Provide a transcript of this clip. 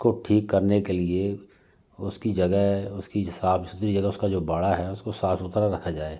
उसको ठीक करने के लिए उसकी जगह उसकी साफ सुथरी जगह उसका जो बाड़ा है उसको साफ सुथरा रखा जाए